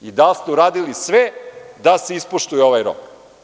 Da li ste uradili sve da se ispoštuje ovaj rok?